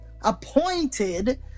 appointed